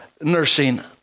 nursing